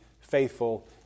faithful